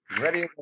Ready